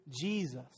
Jesus